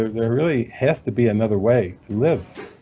there really has to be another way to live.